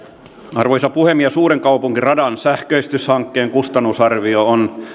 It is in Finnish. arvoisa puhemies uudenkaupungin radan sähköistyshankkeen kustannusarvio on